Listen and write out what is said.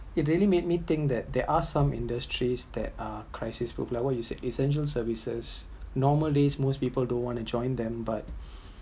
it didn't make me think that there are some industries that are crisis with like what you said essential services normally most people don’t want to join them but